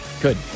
Good